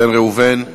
בן ראובן.